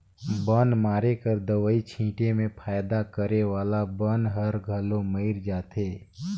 बन मारे कर दवई छीटे में फायदा करे वाला बन हर घलो मइर जाथे